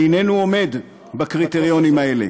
אינם עומדים בקריטריונים האלה,